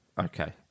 Okay